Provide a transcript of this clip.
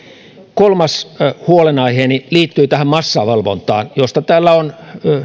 kolmas huolenaiheeni liittyy massavalvontaan josta täällä on